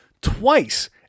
twice